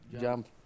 jump